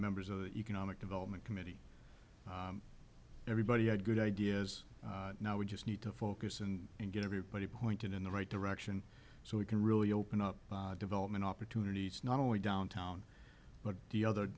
members of the economic development committee everybody had good ideas now we just need to focus and get everybody pointed in the right direction so we can really open up development opportunities not only downtown but the other